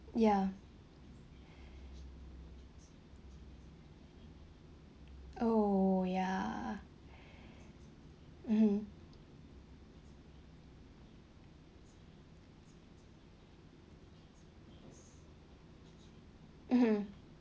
ya oh ya mmhmm mmhmm